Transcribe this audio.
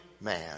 man